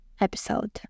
episode